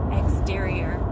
exterior